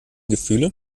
gefühle